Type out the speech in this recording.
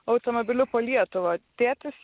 automobiliu po lietuvą tėtis